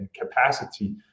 capacity